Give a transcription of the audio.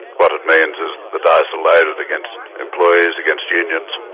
what it means is the dice are loaded against employees, against unions,